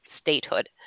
statehood